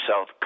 South